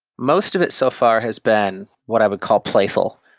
most of it so far has been what i would call playful.